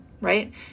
right